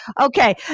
Okay